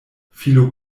filo